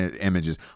images